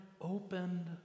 opened